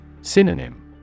Synonym